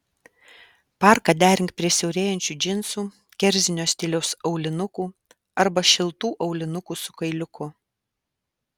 parką derink prie siaurėjančių džinsų kerzinio stiliaus aulinukų arba šiltų aulinukų su kailiuku